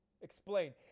Explain